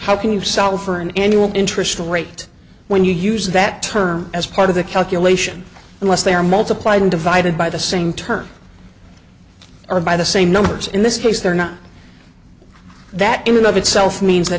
how can you sell for an annual interest rate when you use that term as part of the calculation unless they are multiplied and divided by the same terms or by the same numbers in this case they're not that in and of itself means